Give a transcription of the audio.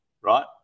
right